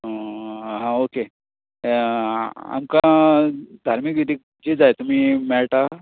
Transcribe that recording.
हां ओके आमकां धार्मीक विधीक जाय तुमी मेळटा